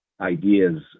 ideas